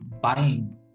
buying